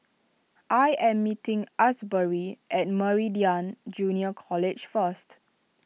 I am meeting Asbury at Meridian Junior College first